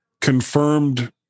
confirmed